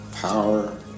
power